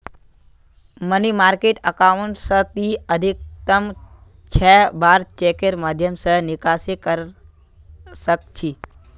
money market account स ती अधिकतम छह बार चेकेर माध्यम स निकासी कर सख छ